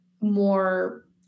more